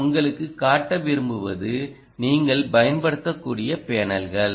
நான் உங்களுக்கு காட்ட விரும்புவது நீங்கள் பயன்படுத்தக்கூடிய பேனல்கள்